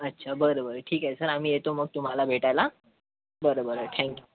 अच्छा बरं बरं ठीक आहे सर आम्ही येतो मग तुम्हाला भेटायला बरं बरं थँक यू